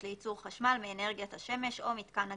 לייצור חשמל מאנרגיית השמש או מיתקן אגירה,